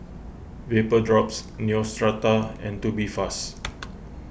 Vapodrops Neostrata and Tubifast